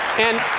and